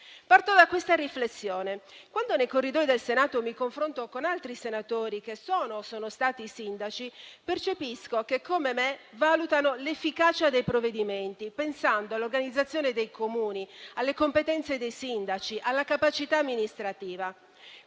Parto dalla seguente riflessione. Quando nei corridoi del Senato mi confronto con altri senatori che sono o sono stati sindaci percepisco che, come me, valutano l'efficacia dei provvedimenti pensando all'organizzazione dei Comuni, alle competenze dei sindaci, alla capacità amministrativa.